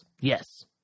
Yes